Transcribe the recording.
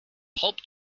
pulp